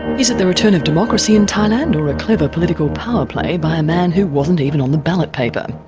is it the return of democracy in thailand or a clever political power play by a man who wasn't even on the ballot paper?